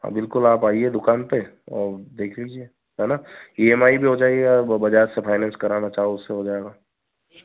हाँ बिल्कुल आप आइए दुकान पर और देख लीजिए है ना ई एम आई भी हो जाएगी बबजाज से फाइनेंस कराना चाहो उससे हो जाएगा